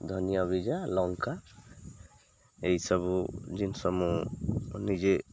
ଧନିଆ ବିିଜା ଲଙ୍କା ଏଇସବୁ ଜିନିଷ ମୁଁ ନିଜେ